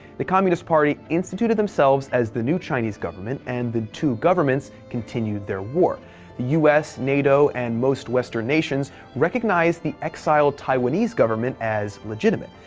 the communist party instituted themselves as the new chinese government and the two governments continued their war. the us, nato, and most western nations recognized the exiled taiwanese government as legitimate.